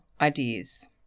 ideas